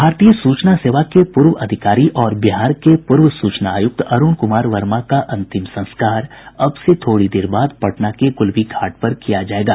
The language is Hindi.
भारतीय सूचना सेवा के पूर्व अधिकारी और बिहार के पूर्व सूचना आयुक्त अरूण कुमार वर्मा का अंतिम संस्कार अब से थोड़ी देर बाद पटना के गुलबी घाट पर किया जायेगा